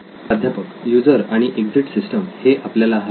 प्राध्यापक युजर आणि exit system हे आपल्याला हवे आहे